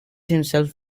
himself